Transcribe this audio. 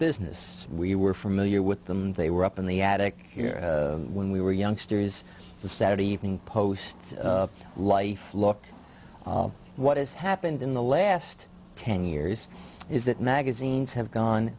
business we were familiar with them they were up in the attic when we were youngsters the saturday evening post life look what has happened in the last ten years is that magazines have gone